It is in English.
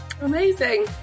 amazing